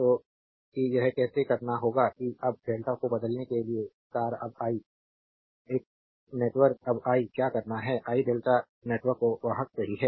तो कि यह कैसे करना होगा कि अब डेल्टा को बदलने के लिए स्टार अब आई एक स्टार नेटवर्क अब आई क्या करना है आई डेल्टा नेटवर्क को वाहक सही है